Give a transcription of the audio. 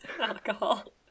alcohol